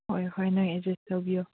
ꯍꯣꯏ ꯍꯣꯏ ꯅꯣꯏ ꯑꯦꯖꯁ ꯇꯧꯕꯤꯌꯣ